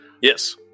Yes